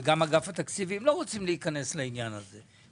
וגם אגף התקציבים לא רוצים להיכנס לעניין הזה,